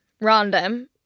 Random